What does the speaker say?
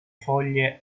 foglie